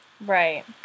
Right